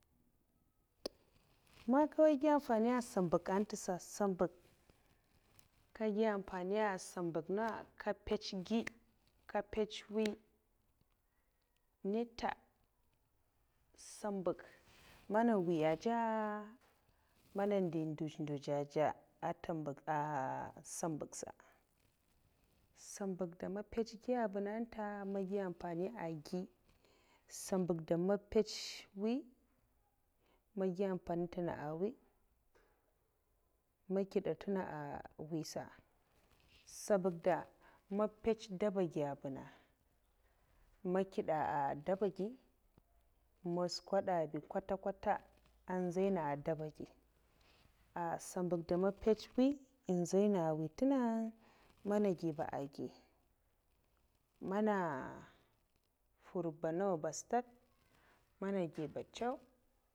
Man nka nwoy gi amfaniya a sambak ntesa sambak nka gui amfani nyia sambak na nka mbutsgi nka mpeche gi nka mpeche mwi nita sambak man nwi ya aza, man ndiy nduz nduz aza a sambak'sa sambak de man nga mpece ngiya avunna nta nga giy amfani a gui sambak de man mpece mwi man giya ampai ntenga mwiy man nkida ntenga a mwiy'sa sambak mbets dabagi vuna'a man nkida a dabagui man skwade abi kwata kwata 'an'nzeyna'dabagui a sambak nde man mpets mwi ehn'nzeyna mwi ntenga mana giu ba a'gyi mana nfur ba n'nawa stad mana giu ba ncew.